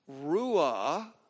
ruah